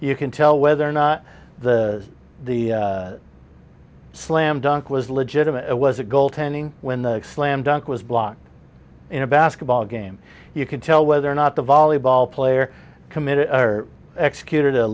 you can tell whether or not the the slam dunk was legitimate it was a goaltending when the slam dunk was blocked in a basketball game you can tell whether or not the volleyball player committed executed a